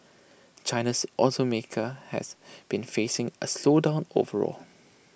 China's also market has been facing A slowdown overall